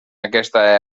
aquesta